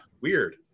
weird